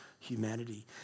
humanity